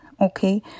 okay